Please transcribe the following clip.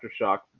Aftershock